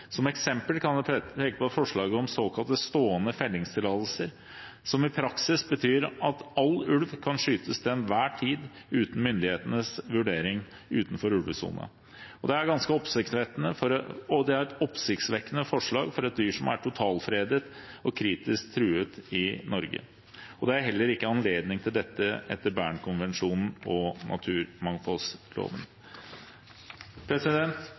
Som eksempel kan jeg peke på forslaget om såkalte stående fellingstillatelser, som i praksis betyr at alle ulver kan skytes til enhver tid uten myndighetenes vurdering, utenfor ulvesonen. Det er et oppsiktsvekkende forslag for et dyr som er totalfredet og kritisk truet i Norge, og det er heller ikke anledning til dette etter Bernkonvensjonen og